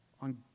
on